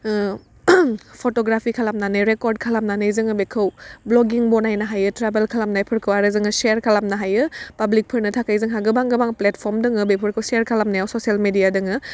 photography खालानानै record खालामनानै जोङो बेखौ भ्लगिं बानायनो हायो ट्राभोल खालामनायफोरखौ आरो जोङो सेयार खालामनो हायो पाब्लिकफोरनो थाखाय जोंहा गोबां गोबां प्लेटफर्म दङो बेफोरखौ सेयार खालामनायाव शसेल मेडिया दङ